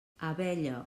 abella